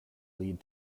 lead